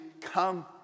come